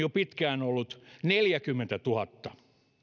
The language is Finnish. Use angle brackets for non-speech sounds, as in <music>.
<unintelligible> jo pitkään ollut neljäkymmentätuhatta